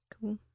Cool